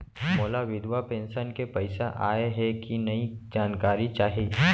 मोला विधवा पेंशन के पइसा आय हे कि नई जानकारी चाही?